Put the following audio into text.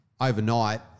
overnight